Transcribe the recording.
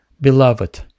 beloved